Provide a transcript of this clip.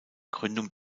gründung